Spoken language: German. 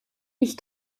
ich